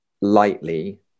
lightly